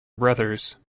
brothers